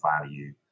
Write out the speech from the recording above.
value